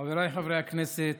חבריי חברי הכנסת,